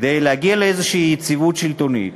כדי להגיע לאיזושהי יציבות שלטונית,